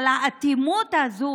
אבל האטימות הזו,